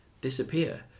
Disappear